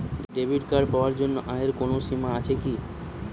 Debit card পাওয়ার জন্য আয়ের কোনো সীমা আছে কি?